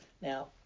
Now